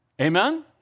Amen